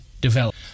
develop